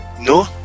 No